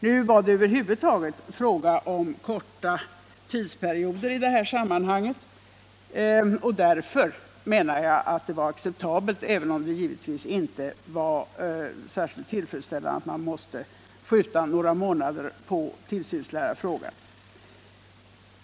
Nu var det över huvud taget fråga om korta tidsperioder i detta sammanhang, och därför menar jag att det var acceptabelt, även om det givetvis inte var särskilt tillfredsställande, att man måste skjuta på tillsynslärarfrågan några månader.